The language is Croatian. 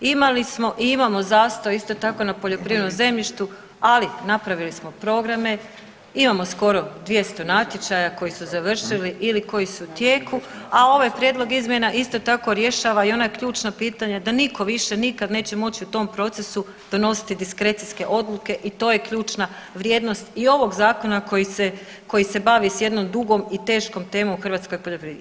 Imali smo i imamo zastoj isto tako na poljoprivrednom zemljištu, ali napravili smo programe, imamo skoro 200 natječaja koji su završili ili koji su u tijeku, a ovaj prijedlog izmjena isto tako rješava i ona ključna pitanja da niko više nikad neće moći u tom procesu donositi diskrecijske odluke i to je ključna vrijednost i ovog zakona koji se bavi s jednom dugom i teškom temom u hrvatskoj poljoprivredi.